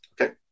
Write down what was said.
Okay